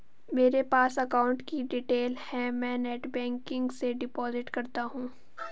मेरे पास अकाउंट की डिटेल है मैं नेटबैंकिंग से डिपॉजिट करता हूं